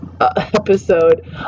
episode